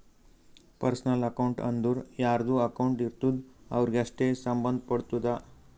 personal account ಅಂದುರ್ ಯಾರ್ದು account ಇರ್ತುದ್ ಅವ್ರಿಗೆ ಅಷ್ಟೇ ಸಂಭಂದ್ ಪಡ್ತುದ